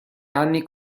anni